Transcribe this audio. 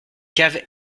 caves